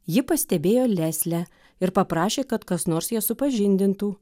ji pastebėjo leslę ir paprašė kad kas nors jas supažindintų